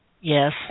Yes